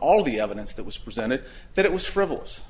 all the evidence that was presented that it was frivolous